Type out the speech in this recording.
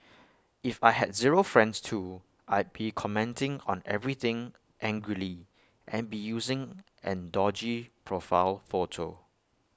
if I had zero friends too I'd be commenting on everything angrily and be using an dodgy profile photo